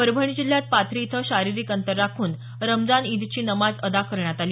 परभणी जिल्ह्यात पाथरी इथं शारीरिक अंतर राखून रमजान ईदची नमाज अदा करण्यात आली